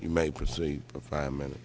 you may proceed for five minutes